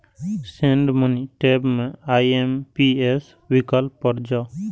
send money tab मे IMPS विकल्प पर जाउ